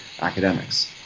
academics